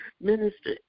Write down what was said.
minister